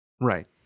right